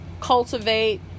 cultivate